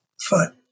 foot